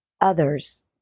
others